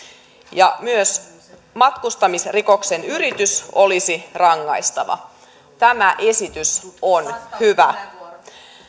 ja myös matkustamisrikoksen yritys olisi rangaistava tämä esitys on hyvä